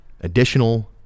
additional